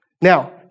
Now